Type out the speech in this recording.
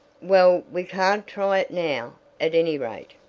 well, we can't try it now, at any rate,